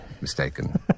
mistaken